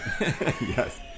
Yes